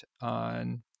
on